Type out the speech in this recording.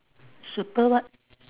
super what